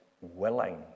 willing